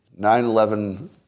9-11